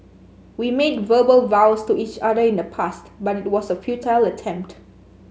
we made verbal vows to each other in the past but it was a futile attempt